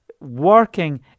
working